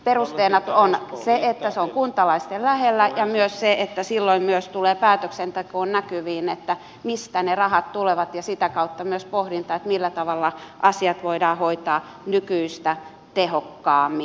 perusteena on se että se on kuntalaisten lähellä ja myös se että silloin myös tulee päätöksentekoon näkyviin mistä ne rahat tulevat ja sitä kautta myös pohdintaa millä tavalla asiat voidaan hoitaa nykyistä tehokkaammin